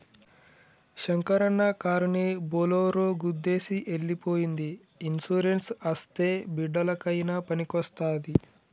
శంకరన్న కారుని బోలోరో గుద్దేసి ఎల్లి పోయ్యింది ఇన్సూరెన్స్ అస్తే బిడ్డలకయినా పనికొస్తాది